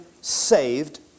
saved